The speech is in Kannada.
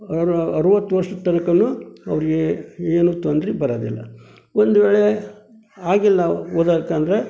ಅರವತ್ತು ವರ್ಷದ ತನಕನೂ ಅವರಿಗೆ ಏನೂ ತೊಂದ್ರೆ ಬರೋದಿಲ್ಲ ಒಂದು ವೇಳೆ ಆಗಿಲ್ಲ ಓದೋಕಂದ್ರೆ